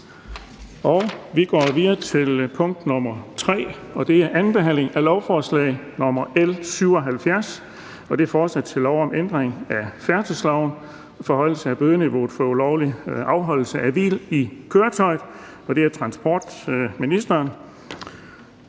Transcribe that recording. på dagsordenen er: 3) 2. behandling af lovforslag nr. L 77: Forslag til lov om ændring af færdselsloven. (Forhøjelse af bødeniveauet for ulovlig afholdelse af hvil i køretøjet m.v.). Af transportministeren